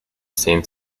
same